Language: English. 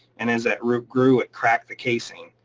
and as that root grew, it cracked the casing.